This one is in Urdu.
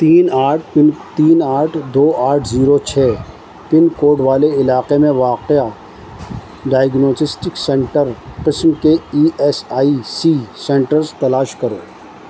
تین آٹھ پن تین آٹھ دو آٹھ زیرو چھ پن کوڈ والے علاقے میں واقع ڈائیگناسٹک سینٹر قسم کے E S I C centres تلاش کرو